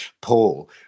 Paul